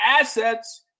assets